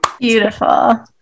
Beautiful